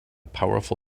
powerful